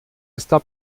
está